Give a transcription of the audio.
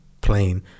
plane